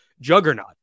juggernaut